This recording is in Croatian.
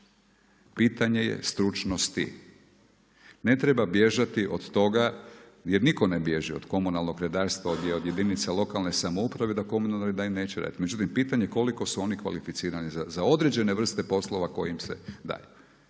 Pitanje je stručnosti. Ne treba bježati od toga, jer nitko ne bježi od komunalnog redarstva, od jedinica lokalne samouprave da komunalni redari neće raditi. Međutim, koliko su oni kvalificirani za određene vrste poslova koji im se daje.